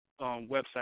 website